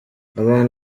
abana